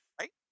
Right